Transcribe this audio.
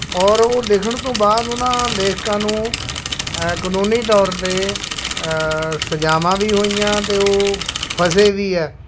ਔਰ ਉਹ ਲਿਖਣ ਤੋਂ ਬਾਅਦ ਉਹਨਾਂ ਲੇਖਕਾਂ ਨੂੰ ਕਨੂੰਨੀ ਤੌਰ 'ਤੇ ਸਜ਼ਾਵਾਂ ਵੀ ਹੋਈਆਂ ਅਤੇ ਉਹ ਫਸੇ ਵੀ ਹੈ